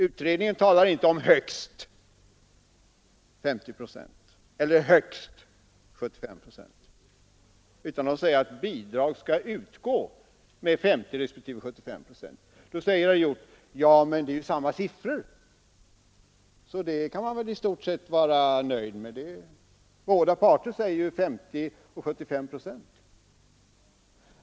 Utredningen talar inte om högst 50 procent eller högst 75 procent utan säger att bidrag skall utgå med 50 respektive 75 procent. Då säger herr Hjorth: Ja, men det är ju samma siffror och då borde man i stort sett vara nöjd, eftersom båda parter säger 50 och 75 procent.